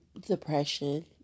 depression